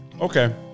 Okay